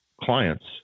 clients